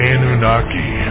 Anunnaki